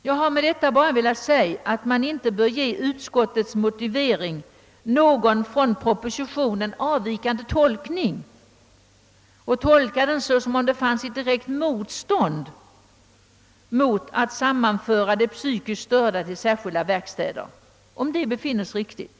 Jag har med detta bara velat säga att utskottets motivering inte bör uppfattas på annat sätt än propositionens skrivning. Motiveringen bör inte tolkas så att det skulle finnas något direkt motstånd mot tanken att sammanföra de psykiskt störda till särskilda verkstäder, om detta befinns riktigt.